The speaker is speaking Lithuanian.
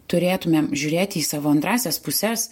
turėtumėm žiūrėti į savo antrąsias puses